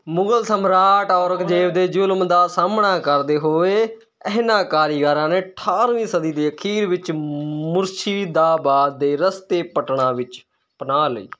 ਮੁਗਲ ਸਮਰਾਟ ਔਰੰਗਜ਼ੇਬ ਦੇ ਜੁਲਮ ਦਾ ਸਾਹਮਣਾ ਕਰਦੇ ਹੋਏ ਇਹਨਾਂ ਕਾਰੀਗਰਾਂ ਨੇ ਅਠਾਰ੍ਹਵੀਂ ਸਦੀ ਦੇ ਅਖੀਰ ਵਿੱਚ ਮ ਮੁਰਸ਼ੀਦਾਬਾਦ ਦੇ ਰਸਤੇ ਪਟਨਾ ਵਿੱਚ ਪਨਾਹ ਲਈ